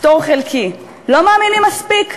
פטור חלקי, לא מאמינים מספיק?